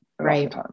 Right